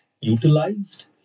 utilized